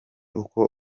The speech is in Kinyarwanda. uko